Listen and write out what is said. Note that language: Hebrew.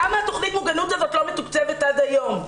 למה תוכנית המוגנות הזו לא מתוקצבת עד היום?